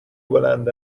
بلند